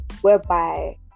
whereby